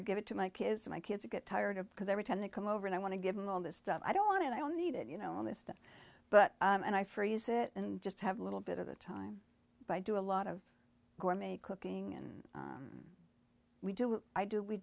or give it to my kids so my kids get tired of because every time they come over and i want to give them all this stuff i don't want it i don't need it you know all this stuff but and i freeze it and just have a little bit of the time but i do a lot of gourmet cooking and we do what i do we